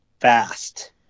fast